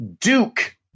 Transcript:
Duke